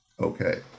okay